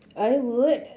I would